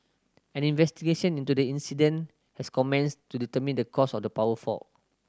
an investigation into the incident has commenced to determine the cause of the power fault